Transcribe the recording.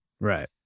Right